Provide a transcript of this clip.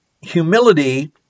humility